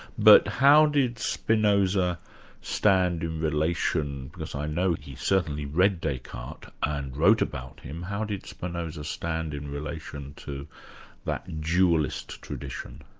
but how did spinoza stand in relation because i know he certainly read descartes and wrote about him how did spinoza stand in relation to that dualist tradition?